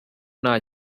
nta